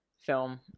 film